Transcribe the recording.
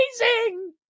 amazing